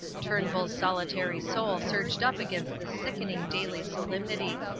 turnbull's solitary soul surged up against this sickening daily solemnity.